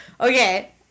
Okay